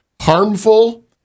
harmful